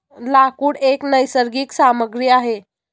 लाकूड एक नैसर्गिक सामग्री आहे